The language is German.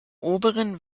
oberen